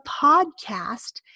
podcast